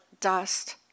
dust